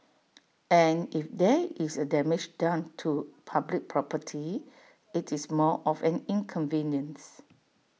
and if there is A damage done to public property IT is more of an inconvenience